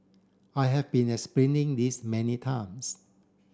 I have been explaining this many times